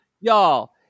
Y'all